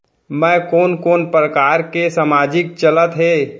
मैं कोन कोन प्रकार के सामाजिक चलत हे?